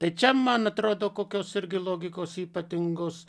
tai čia narzico kokios irgi logikos ypatingos